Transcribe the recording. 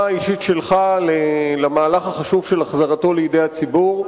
האישית שלך למהלך החשוב של החזרתו לידי הציבור.